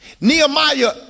Nehemiah